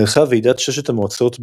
נערכה ועידת ששת המעצמות בלונדון,